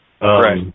Right